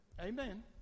Amen